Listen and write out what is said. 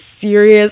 serious